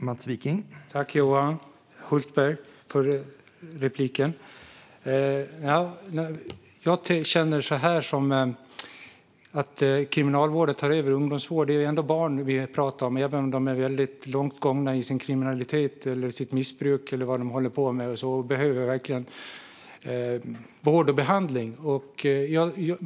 Herr talman! Jag tackar Johan Hultberg för repliken. Jag känner så här inför att Kriminalvården tar över ungdomsvård: Det är ju ändå barn vi pratar om, även om de är väldigt långt gångna i sin kriminalitet, sitt missbruk eller vad de nu håller på med. De behöver verkligen vård och behandling.